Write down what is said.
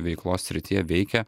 veiklos srityje veikia